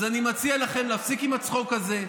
אז אני מציע לכם להפסיק עם הצחוק הזה.